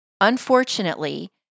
Unfortunately